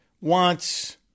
wants